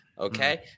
Okay